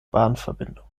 bahnverbindung